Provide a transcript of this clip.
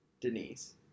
Denise